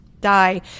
die